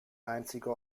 einzige